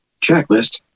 Checklist